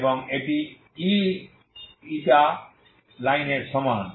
এবং এটি E ইটা লাইনের সমান